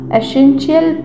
essential